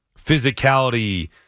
physicality